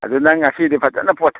ꯑꯗꯣ ꯅꯪ ꯉꯁꯤꯗꯤ ꯐꯖꯅ